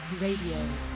Radio